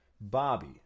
Bobby